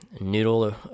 noodle